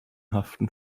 haften